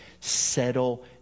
Settle